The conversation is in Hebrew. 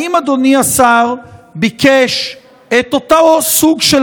האם אדוני השר ביקש את אותו סוג של